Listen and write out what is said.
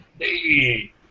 Hey